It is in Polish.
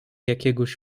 jakiegoś